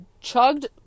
chugged